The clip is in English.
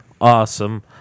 awesome